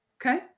Okay